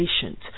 patient